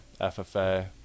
FFA